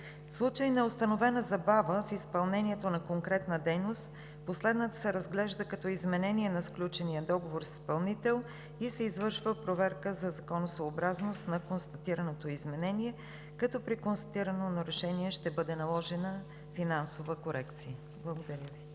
В случай на установена забава в изпълнението на конкретна дейност, последната се разглежда като изменение на сключения договор с изпълнителя и се извършва проверка за законосъобразност на констатираното изменение, като при констатирано нарушение ще бъде наложена финансова корекция. Благодаря Ви.